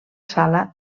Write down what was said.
sala